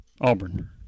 Auburn